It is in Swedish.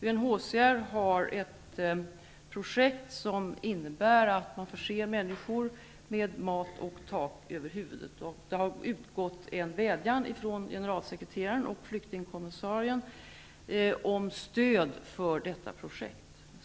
UNHCR har ett projekt som innebär att man förser människor med mat och tak över huvudet. Det har utgått en vädjan från generalsekreteraren och flyktingkommissarien om stöd för detta projekt.